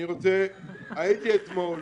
הייתי אתמול